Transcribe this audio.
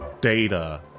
data